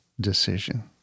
decision